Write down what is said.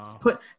put